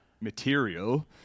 material